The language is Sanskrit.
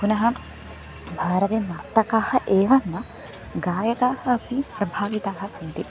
पुनः भारते नार्तकाः एव न गायकाः अपि प्रभाविताः सन्ति